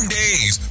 days